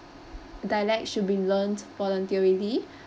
dialect should be learnt voluntarily